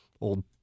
old